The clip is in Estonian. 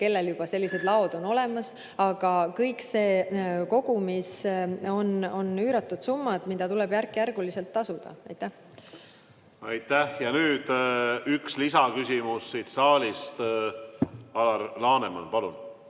kellel juba sellised laod on olemas. Aga kõik see kogumis tähendab üüratuid summasid, mida tuleb järk-järgult tasuda. Aitäh! Nüüd üks lisaküsimus siit saalist. Alar Laneman, palun!